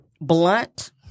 blunt